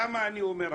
למה אני אומר הדגה?